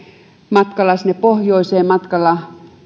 matkalla pohjoiseen matkalla